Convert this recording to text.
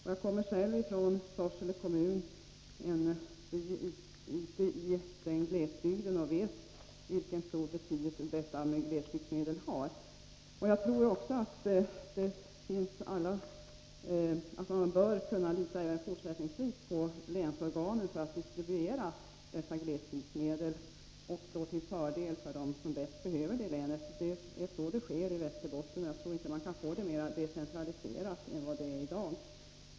Själv kommer jag från en by i Sorsele kommun, och jag vet därför vilken stor betydelse glesbygdsmedlen har. Jag tror att man också i fortsättningen bör kunna lita på länsorganen när det gäller distribution av glesbygdsmedlen. De skall komma de bäst behövande i länet till del. Så sker också i Västerbotten, och jag tror inte man kan få mer decentralisering än den man har i dag.